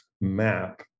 map